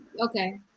Okay